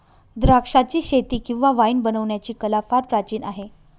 द्राक्षाचीशेती किंवा वाईन बनवण्याची कला फार प्राचीन आहे